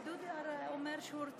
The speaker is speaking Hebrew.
כבוד היושבת-ראש,